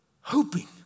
hoping